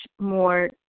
more